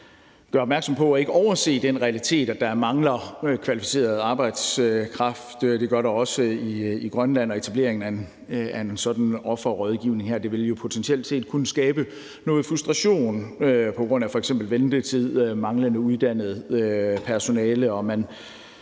gøre opmærksom på og ikke overse den realitet, at der mangler kvalificeret arbejdskraft. Det gør der også i Grønland, og etableringen af en sådan offerrådgivning her vil jo potentielt set kunne skabe noget frustration på grund af f.eks. ventetid og manglende uddannet personale, og man